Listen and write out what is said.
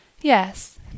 Yes